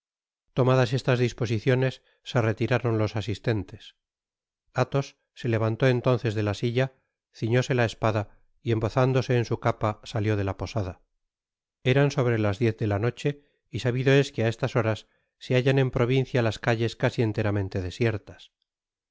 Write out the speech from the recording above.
tomadas estas disposiciones se retiraron lo asistentes athos se levantó en toncos de la silla ciñóse la espada y embozándose en su capa salió de la posada eran sobre las diez de la noche y sabido es que a estas horas se hallan en provincia las catles casi enteramente desiertas